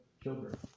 children